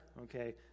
okay